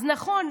אז נכון,